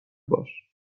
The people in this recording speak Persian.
باش